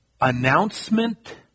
announcement